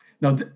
Now